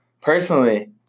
personally